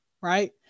right